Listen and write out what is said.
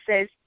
says